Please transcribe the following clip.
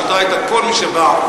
השיטה הייתה שכל מי שבא,